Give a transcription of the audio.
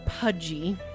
pudgy